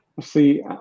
See